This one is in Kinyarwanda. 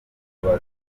bazaga